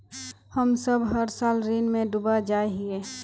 हम सब हर साल ऋण में डूब जाए हीये?